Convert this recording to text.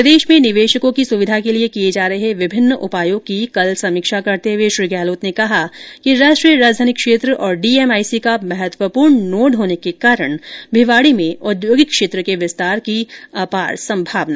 प्रदेश में निवेशकों की सुविधा के लिए किए जा रहे विभिन्न उपायों की कल समीक्षा करते हुए श्री गहलोत ने कहा कि राष्ट्रीय राजधानी क्षेत्र और डीएमआईसी का महत्वपूर्ण नोड होने के कारण भिवाड़ी में औद्योगिक क्षेत्र के विस्तार की अपार संभावनाएं है